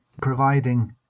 providing